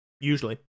usually